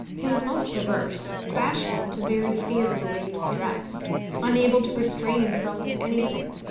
he was most perverse bashful to very fear of a lady's dress unable to restrain himself in anything,